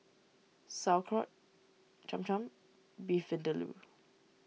Sauerkraut Cham Cham Beef Vindaloo